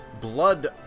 blood